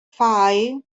five